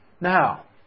Now